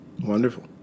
wonderful